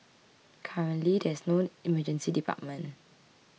currently there is no Emergency Department